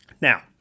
Now